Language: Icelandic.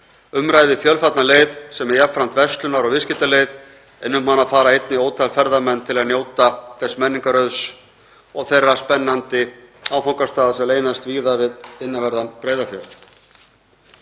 ræða fjölfarna leið sem er jafnframt verslunar- og viðskiptaleið en um hana fara einnig ótal ferðamenn til að njóta þess menningarauðs og þeirra spennandi áfangastaða sem leynast víða við innanverðan Breiðafjörð.